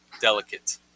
delicate